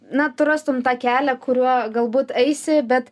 na tu rastum tą kelią kuriuo galbūt eisi bet